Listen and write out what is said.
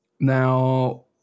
Now